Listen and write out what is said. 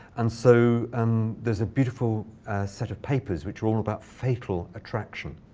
and so um there's a beautiful set of papers, which are all about fatal attraction.